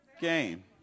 game